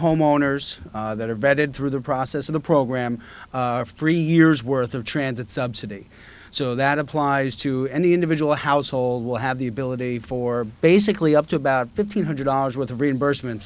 homeowners that are vetted through the process of the program free years worth of transit subsidy so that applies to any individual household will have the ability for basically up to about fifteen hundred dollars worth of reimbursement